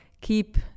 keep